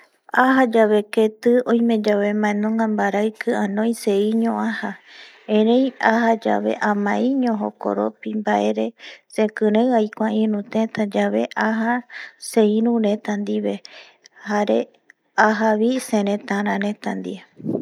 Aja yabe keti oime yave baenunga baraiki anoi seiño aja, erei aja yabe amaeiño jokoropi baere sekiren aikua iru teta yave aja seiru reta dibe jare aja bi seretara reta die